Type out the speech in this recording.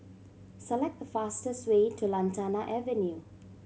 select the fastest way to Lantana Avenue